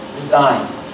design